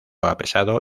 apresado